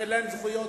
שאין להם זכויות,